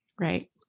right